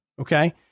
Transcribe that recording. Okay